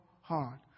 heart